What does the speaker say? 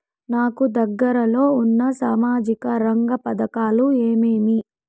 నాకు దగ్గర లో ఉన్న సామాజిక రంగ పథకాలు ఏమేమీ?